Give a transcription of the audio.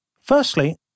Firstly